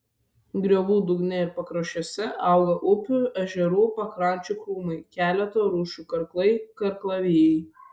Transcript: griovų dugne ir pakraščiuose auga upių ežerų pakrančių krūmai keleto rūšių karklai karklavijai